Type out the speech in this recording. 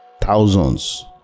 thousands